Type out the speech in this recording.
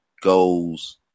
goals